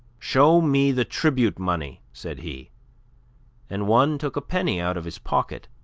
show me the tribute-money, said he and one took a penny out of his pocket